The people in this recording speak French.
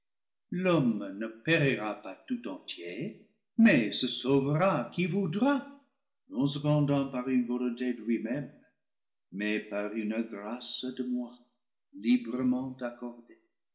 l'homme ne périra pas tout entier mais se sauvera qui voudra non cependant par une volonté de lui-même mais par une grâce de moi librement accordée